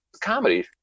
comedy